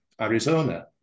Arizona